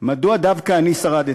מדוע דווקא אני שרדתי?